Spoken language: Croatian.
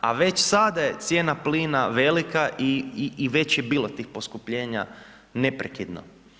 A već sada je cijena plina velika i već je bilo tih poskupljenja neprekidno.